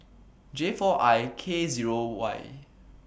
J four I K Zero Y